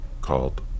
called